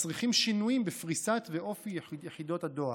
מצריכים שינויים בפריסה ובאופי של יחידות הדואר.